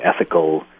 ethical